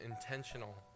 intentional